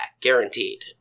guaranteed